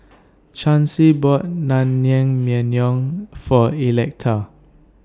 Chancy bought Naengmyeon For Electa